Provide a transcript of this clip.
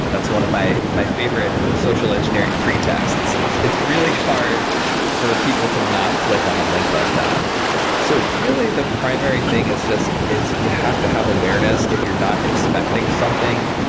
that's one of my my favorite social engineering pretexts. it's it's really hard for people to not click on a link like that so really the primary thing is just, it's you have to have awareness if you're not expecting something.